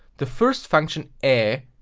the first function ae,